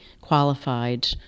qualified